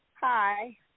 Hi